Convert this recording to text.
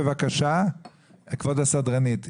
כבוד הסדרנית,